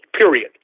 period